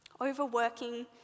Overworking